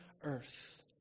earth